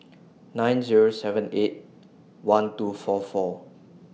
nine Zero seven eight one two four four